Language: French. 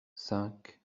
cinq